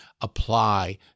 apply